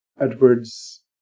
Edward's